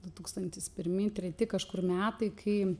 du tūkstantis pirmi treti kažkur metai kai